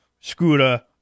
scooter